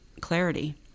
clarity